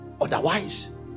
Otherwise